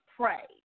pray